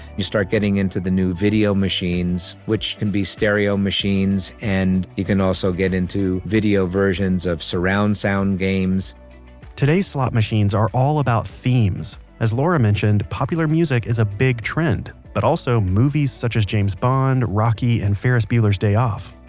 you start getting into the new video machines, which can be stereo machines and you can also get into video versions of surround sound games today's slot machines are all about themes. as laura mentioned, popular music is a big trend, but also movies, such as james bond, rocky, and ferris bueller's day off.